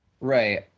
Right